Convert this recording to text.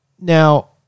Now